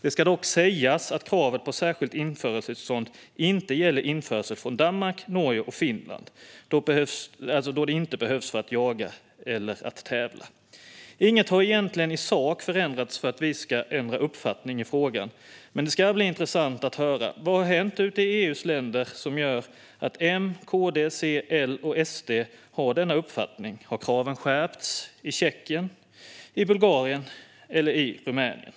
Det ska dock sägas att kravet på särskilt införseltillstånd inte gäller införsel från Danmark, Norge eller Finland. Då behövs det inte för att jaga eller tävla. Inget har egentligen förändrats i sak för att vi ska ändra uppfattning i frågan. Men det ska bli intressant att höra vad som har hänt bland EU:s länder som gör att M, KD, C, L och SD har denna uppfattning. Har kraven skärpts i Tjeckien, Bulgarien eller Rumänien?